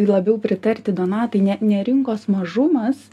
labiau pritarti donatai ne ne rinkos mažumas